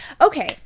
okay